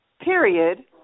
period